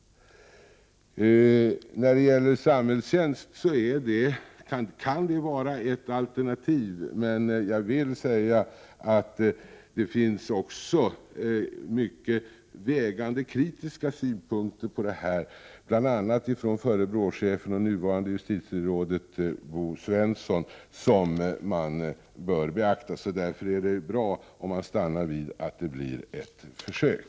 När det gäller samhällstjänsten kan här finnas ett alternativ. Men jag vill framhålla att det också finns mycket vägande kritiska synpunkter i detta sammanhang, bl.a. från förre BRÅ-chefen och tillika nuvarande justitierådet Bo Svensson, vilka bör beaktas. Därför är det bra om man stannar vid att det här får gälla som ett försök.